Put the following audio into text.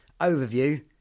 overview